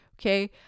Okay